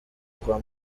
kwa